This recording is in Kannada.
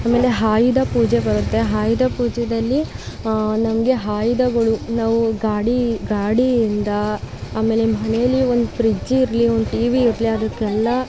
ಆಮೇಲೆ ಆಯುಧ ಪೂಜೆ ಬರುತ್ತೆ ಆಯುಧ ಪೂಜೆಯಲ್ಲಿ ನಮಗೆ ಆಯುಧಗಳು ನಾವು ಗಾಡಿ ಗಾಡಿಯಿಂದ ಆಮೇಲೆ ಮನೇಲಿ ಒಂದು ಫ್ರಿಜ್ಜ್ ಇರಲಿ ಒಂದು ಟಿವಿ ಇರಲಿ ಅದಕ್ಕೆಲ್ಲ